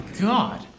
God